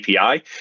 API